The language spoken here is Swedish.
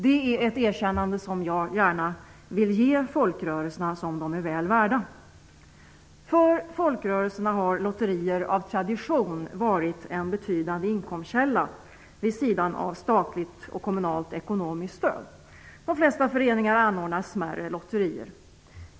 Det är ett erkännande som jag gärna vill ge folkrörelserna, och som de är väl värda. För folkrörelserna har lotterier av tradition varit en betydande inkomstkälla vid sidan av statligt och kommunalt ekonomiskt stöd. De flesta föreningar anordnar smärre lotterier.